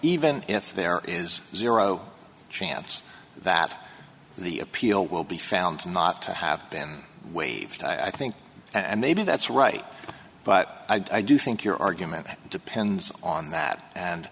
even if there is zero chance that the appeal will be found not to have been waived i think and maybe that's right but i do think your argument depends on that and